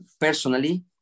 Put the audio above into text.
personally